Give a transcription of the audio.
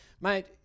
mate